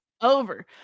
over